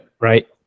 right